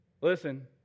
Listen